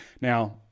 Now